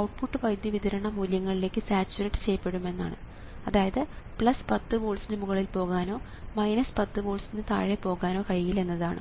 output വൈദ്യുതി വിതരണ മൂല്യങ്ങളിലേക്ക് സാച്ചുറേറ്റ് ചെയ്യപ്പെടുമെന്നാണ് അതായത് 10 വോൾട്സ്ന് മുകളിൽ പോകാനോ 10 വോൾട്സ്ന് താഴെ പോകാനോ കഴിയില്ല എന്നതാണ്